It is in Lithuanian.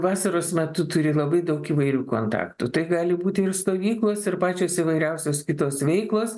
vasaros metu turi labai daug įvairių kontaktų tai gali būti ir stovyklos ir pačios įvairiausios kitos veiklos